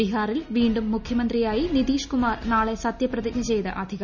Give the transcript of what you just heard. ബിഹാറിൽ വീണ്ടും മുഖ്യൂമന്ത്രിയായി നിതീഷ് കുമാർ വ് നാളെ സത്യപ്രതിജ്ഞ ചെയ്ത് അധികാരമേൽക്കും